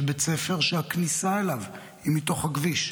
יש בית ספר שהכניסה אליו היא מתוך הכביש.